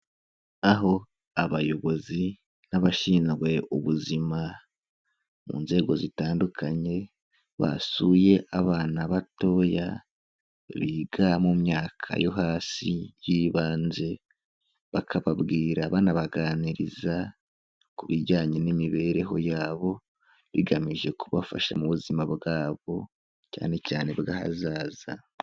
Aho abayobozi n'abashinzwe ubuzima mu nzego zitandukanye basuye abana batoya biga mu myaka yo hasi y'ibanze, bakababwira banabaganiriza ku bijyanye n'imibereho yabo, bigamije kubafasha mu buzima bwabo cyane cyane bw'ahazaza.